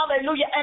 Hallelujah